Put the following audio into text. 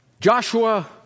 Joshua